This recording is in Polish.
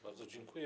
Bardzo dziękuję.